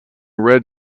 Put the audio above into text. red